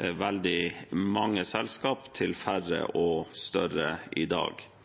veldige mange små selskap til færre og større. Jeg ser ikke noe galt i